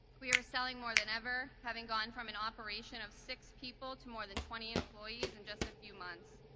we were selling more than ever, having gone from an operation of six people to more than twenty employees in just a few months.